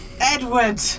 Edward